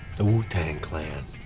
the wu-tang clan.